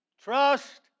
trust